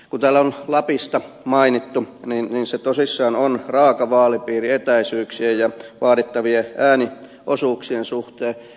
kun täällä on lappi mainittu se tosiaan on raaka vaalipiiri etäisyyksien ja vaadittavien ääniosuuksien suhteen